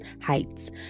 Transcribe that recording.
heights